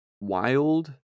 wild